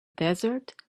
desert